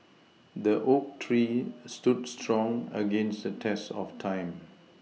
the oak tree stood strong against the test of time